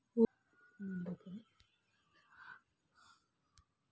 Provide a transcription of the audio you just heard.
crossed cheque ಆದ್ರೆ ಅದ್ರಲ್ಲಿ ಬರೆದ ಮೊತ್ತ ಏನಿದೆ ಅದನ್ನ ನೇರವಾಗಿ ಬ್ಯಾಂಕಿನ ಖಾತೆಗೆ ಠೇವಣಿ ಮಾಡ್ಬೇಕು